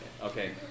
Okay